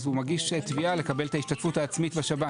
אז הוא מגיש תביעה לקבל את ההשתתפות העצמית בשב"ן,